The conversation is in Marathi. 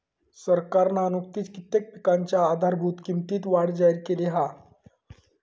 सरकारना नुकतीच कित्येक पिकांच्या आधारभूत किंमतीत वाढ जाहिर केली हा